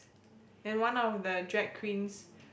and one of the drag queens